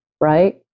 right